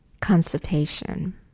Constipation